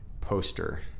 poster